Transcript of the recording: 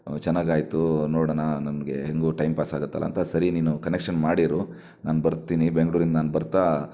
ಚೆನ್ನಾಗಾಯ್ತು ನೋಡಣ ನನಗೆ ಹೇಗೂ ಟೈಮ್ ಪಾಸ್ ಆಗುತ್ತಲ್ಲ ಅಂತ ಸರಿ ನೀನು ಕನೆಕ್ಷನ್ ಮಾಡಿರು ನಾನು ಬರ್ತೀನಿ ಬೆಂಗ್ಳೂರಿಂದ ನಾನು ಬರ್ತಾ